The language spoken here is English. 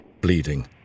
bleeding